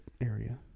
area